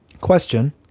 question